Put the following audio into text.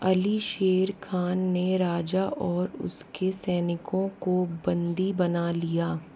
अली शेर ख़ान ने राजा और उस के सैनिकों को बंदी बना लिया